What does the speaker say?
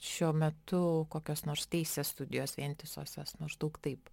šiuo metu kokios nors teisės studijos vientisosios maždaug taip